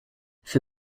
for